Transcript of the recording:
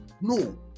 No